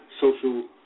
social